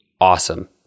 awesome